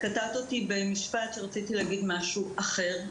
את קטעת אותי במשפט שרציתי להגיד משהו אחר.